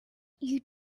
you